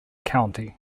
county